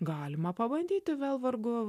galima pabandyti vėl vargu